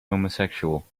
homosexual